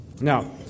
Now